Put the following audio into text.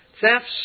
thefts